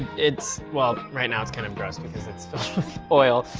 it's, well, right now it's kind of gross because it's oil,